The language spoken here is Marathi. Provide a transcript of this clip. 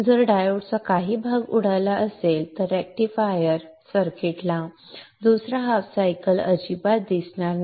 जर डायोडचा काही भाग उडाला असेल तर रेक्टिफायर सर्किटला दुसरा हाफ सायकल अजिबात दिसणार नाही